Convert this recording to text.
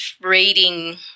reading